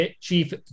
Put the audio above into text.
Chief